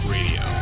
Radio